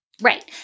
Right